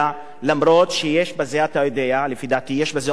למרות שלפי דעתי יש בזה אפליה,